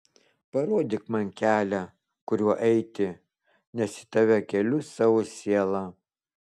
parodyk man kelią kuriuo eiti nes į tave keliu savo sielą